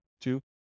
Two